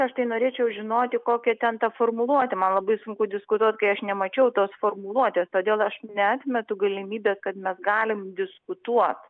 aš tai norėčiau žinoti kokia ten ta formuluotė man labai sunku diskutuot kai aš nemačiau tos formuluotės todėl aš neatmetu galimybės kad mes galim diskutuot